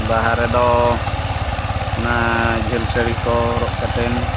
ᱵᱟᱦᱟ ᱨᱮᱫᱚ ᱚᱱᱟ ᱡᱷᱟᱹᱞ ᱥᱟᱹᱲᱤ ᱠᱚ ᱦᱚᱨᱚᱜ ᱠᱟᱛᱮᱱ